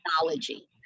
technology